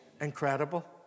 Incredible